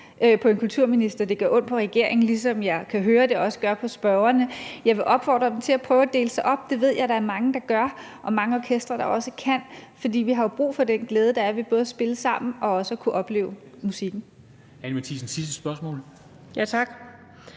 på en kulturminister, det gør ondt på regeringen, ligesom jeg kan høre at det også gør det på spørgeren. Jeg vil opfordre dem til at prøve at dele sig op – det ved jeg at der er mange orkestre der gør og at der er mange orkestre der også kan – for vi har jo brug for den glæde, der er ved både at spille sammen og også at kunne opleve musikken. Kl. 17:30 Formanden